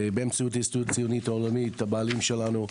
באמצעות ההסתדרות הציונית העולמית הבעלים שלנו,